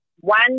one